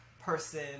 person